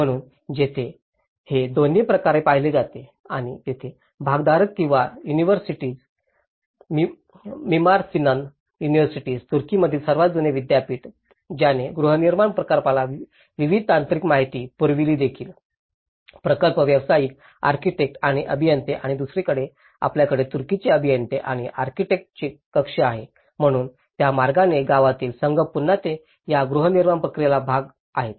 म्हणून येथे हे दोन्ही बाजूंनी पाहिले जाते आणि येथे भागधारक जेथे युनिव्हर्सिटीज मीमार सिनन युनिव्हर्सिटी तुर्कीमधील सर्वात जुने विद्यापीठ ज्याने गृहनिर्माण प्रकल्पांना विविध तांत्रिक माहिती पुरविली देखील प्रकल्प व्यावसायिक आर्किटेक्ट आणि अभियंते आणि दुसरीकडे आपल्याकडे तुर्कीचे अभियंते आणि आर्किटेक्ट चे कक्ष आहे म्हणून त्या मार्गाने गावातील संघ पुन्हा ते या गृहनिर्माण प्रक्रियेचा भाग आहेत